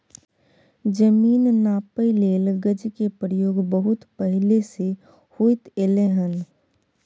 जमीन नापइ लेल गज के प्रयोग बहुत पहले से होइत एलै हन